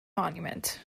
monument